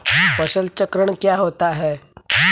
फसल चक्रण क्या होता है?